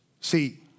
See